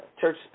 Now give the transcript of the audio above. church